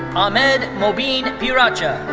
ahmed mobeen piracha.